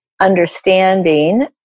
understanding